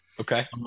Okay